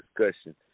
discussion